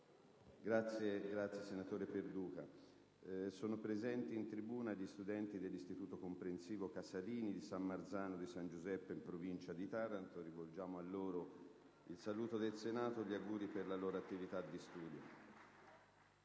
nuova finestra"). Sono presenti in tribuna gli studenti dell'Istituto comprensivo «Angelo Casalini» di San Marzano di San Giuseppe, in provincia di Taranto. Rivolgiamo a loro il saluto del Senato e gli auguri per la loro attività di studio.